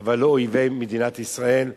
אבל לא אויבי מדינת ישראל,